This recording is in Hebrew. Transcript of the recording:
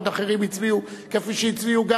עוד אחרים הצביעו כפי שהצביעו,